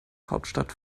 hauptstadt